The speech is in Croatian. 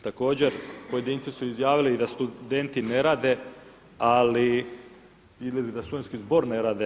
Također pojedinci su izjavili da studenti ne rade, a izgleda da Studentski zbor ne radi.